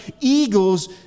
eagles